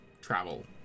travel